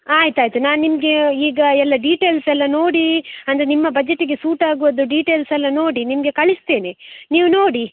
ಆಯಿತಾಯ್ತು ನಾನು ನಿಮಗೆ ಈಗ ಎಲ್ಲ ಡಿಟೈಲ್ಸ್ ಎಲ್ಲ ನೋಡಿ ಅಂದರೆ ನಿಮ್ಮ ಬಜೆಟಿಗೆ ಸೂಟ್ ಆಗುವದ್ದು ಡಿಟೈಲ್ಸ್ ಎಲ್ಲ ನೋಡಿ ನಿಮಗೆ ಕಳಿಸ್ತೇನೆ ನೀವು ನೋಡಿ